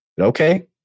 Okay